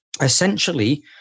Essentially